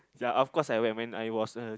ya of course I went when I was uh